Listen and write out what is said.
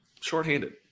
Shorthanded